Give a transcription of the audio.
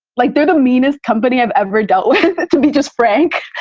like they're the meanest company i've ever done. to be just frank,